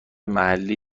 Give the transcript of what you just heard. محلی